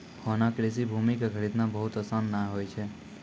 होना कृषि भूमि कॅ खरीदना बहुत आसान नाय होय छै